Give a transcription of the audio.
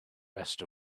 rest